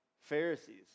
Pharisees